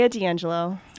D'Angelo